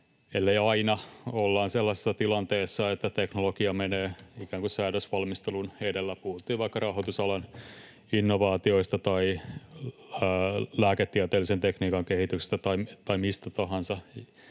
ellei aina, ollaan sellaisessa tilanteessa, että teknologia menee ikään kuin säädösvalmistelun edellä, puhutaan vaikka rahoitusalan innovaatioista tai lääketieteellisen tekniikan kehityksestä tai mistä tahansa.